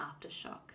Aftershock